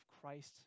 Christ